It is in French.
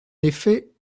effet